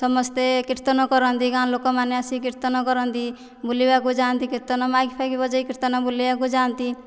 ସମସ୍ତେ କୀର୍ତ୍ତନ କରନ୍ତି ଗାଁ ଲୋକମାନେ ଆସି କୀର୍ତ୍ତନ କରନ୍ତି ବୁଲିବାକୁ ଯାଆନ୍ତି କୀର୍ତ୍ତନ ମାଇକି ଫାଇକି ବଜେଇ କୀର୍ତ୍ତନ ବୁଲିବାକୁ ଯାଆନ୍ତି